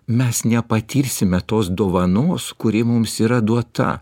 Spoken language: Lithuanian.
mes nepatirsime tos dovanos kuri mums yra duota